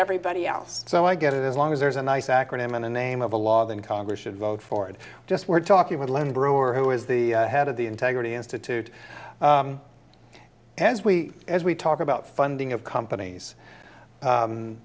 everybody else so i get it as long as there's a nice acronym in the name of the law then congress should vote for it just we're talking about a little brewer who is the head of the integrity institute as we as we talk about funding of companies